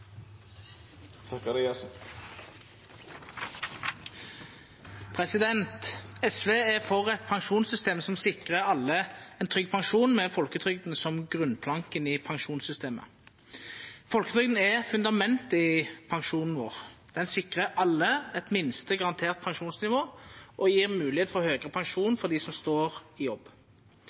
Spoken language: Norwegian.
SV er for et pensjonssystem som sikrar alle ein trygg pensjon med folketrygda som grunnplanken i pensjonssystemet. Folketrygda er fundamentet i pensjonen vår. Ho sikrar alle eit minste garantert pensjonsnivå og gjev mogelegheit for høgre pensjon for dei som står i jobb.